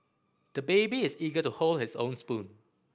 the baby is eager to hold his own spoon